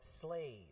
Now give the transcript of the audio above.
slave